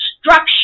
structure